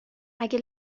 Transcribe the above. اگه